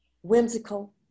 whimsical